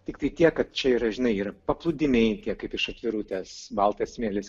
tiktai tiek kad čia yra žinai yra paplūdimiai kaip iš atvirutės baltas smėlis